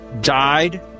died